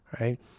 right